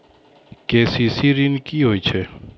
KCC ॠन की होय छै?